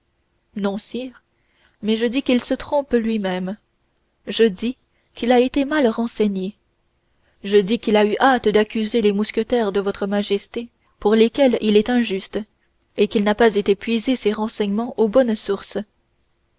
non sire mais je dis qu'il se trompe lui-même je dis qu'il a été mal renseigné je dis qu'il a eu hâte d'accuser les mousquetaires de votre majesté pour lesquels il est injuste et qu'il n'a pas été puiser ses renseignements aux bonnes sources